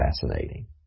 fascinating